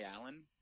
Allen